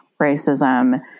racism